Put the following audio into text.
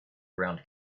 round